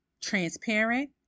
transparent